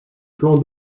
plans